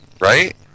Right